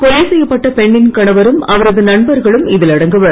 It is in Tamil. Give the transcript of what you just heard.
கொலை செய்யப்பட்ட பெண்ணின் கணவரும் அவரது நண்பர்களும் இதில் அடங்குவர்